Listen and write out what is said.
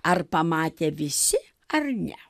ar pamatė visi ar ne